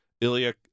Ilya